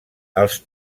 els